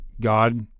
God